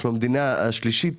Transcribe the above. אנחנו המדינה השלישית